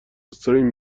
استریم